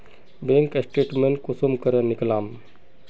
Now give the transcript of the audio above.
Bank statement कुंसम करे निकलाम?